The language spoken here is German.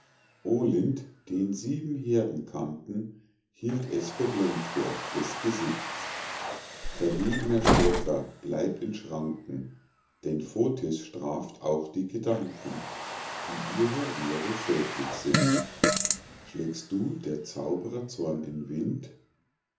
den sieben heerden kannten hielt es für blendwerk des gesichts verweg'ner schäfer bleib in schranken denn fotis straft auch die gedanken die ihrer ehre schädlich sind schlägst du der zaubrer zorn in wind